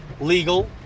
legal